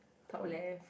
top left